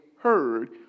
heard